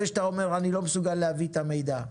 שאתה אומר: אני לא מסוגל להביא את המידע.